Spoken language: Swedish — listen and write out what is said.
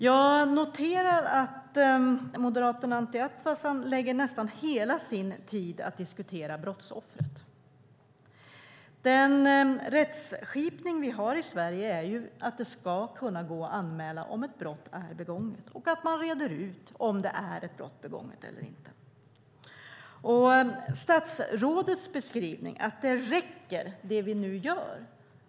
Jag noterar att moderaten Anti Avsan lägger nästan hela sin talartid på att diskutera brottsoffret. Den rättsskipning vi har i Sverige är att det ska gå att anmäla om ett brott är begånget och att man reder ut om det är ett brott begånget eller inte. Statsrådets menar att det vi nu gör räcker.